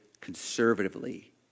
conservatively